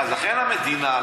לכן המדינה,